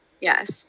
yes